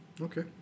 okay